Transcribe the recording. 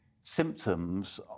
symptoms